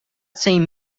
same